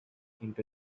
into